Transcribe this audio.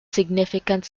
significant